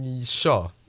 sure